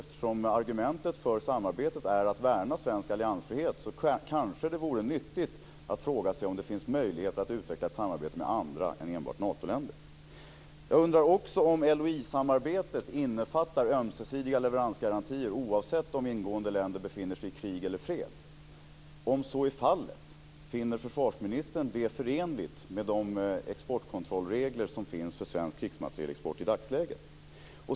Eftersom argumentet för samarbetet är att värna svensk alliansfrihet kanske det vore nyttigt att fråga sig om det finns möjligt att utveckla ett samarbete med andra än enbart Natoländer. Jag undrar vidare om LOI-samarbetet innefattar ömsesidiga leveransgarantier oavsett om ingående länder befinner sig i krig eller fred. Om så är fallet, finner försvarsministern det då förenligt med de exportkontrollregler som finns för svensk krigsmaterielexport i dagsläget?